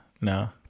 No